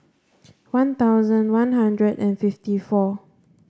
one thousand one hundred and fifty four